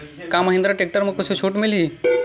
का महिंद्रा टेक्टर म कुछु छुट मिलही?